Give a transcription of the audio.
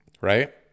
right